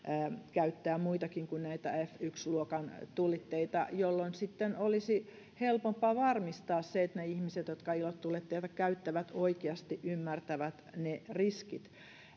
käyttää muitakin kuin näitä f yksi luokan tulitteita jolloin sitten olisi helpompaa varmistaa se että ne ihmiset jotka ilotulitteita käyttävät oikeasti ymmärtävät ne riskit